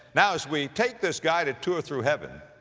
now as we take this guided tour through heaven,